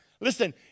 Listen